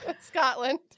Scotland